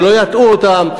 שלא יטעו אותם.